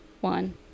one